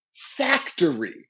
factory